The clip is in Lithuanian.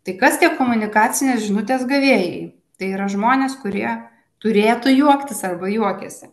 tai kas tie komunikacinės žinutės gavėjai tai yra žmonės kurie turėtų juoktis arba juokiasi